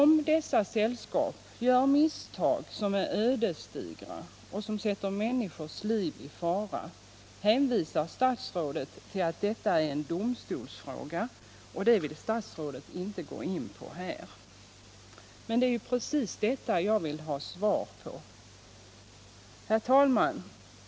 Om dessa sällskap gör misstag som är ödesdigra och som sätter människors liv i fara, hänvisar statsrådet till att detta är en domstolsfråga, som han här inte vill gå in på. Men det är precis detta jag vill ha svar på. Herr talman!